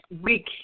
week